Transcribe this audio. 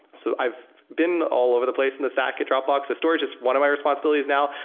so i've been all over the place in the stack at dropbox. storage is one of my responsibilities now,